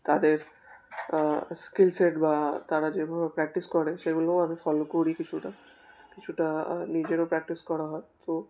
তাদের skill set বা তারা যেভাবে প্র্যাকটিস করে সেগুলোও আমি ফলো করি কিছুটা কিছুটা নিজেরও প্র্যাকটিস করা হয় সো